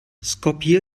skopje